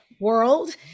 world